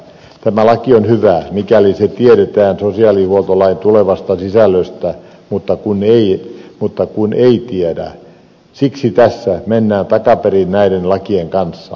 tämä laki on hyvä mikäli tiedetään sosiaalihuoltolain tulevasta sisällöstä mutta kun ei tiedetä siksi tässä mennään takaperin näiden lakien kanssa